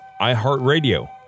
iHeartRadio